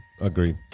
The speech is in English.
Agreed